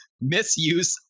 misuse